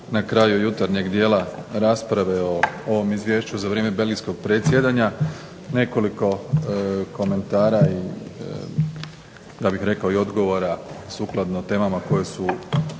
na kraju jutarnjeg dijela rasprave o ovom Izvješću za vrijeme Belgijskog predsjedanja, nekoliko komentara i odgovora sukladno temama koje su